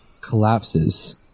collapses